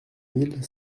mille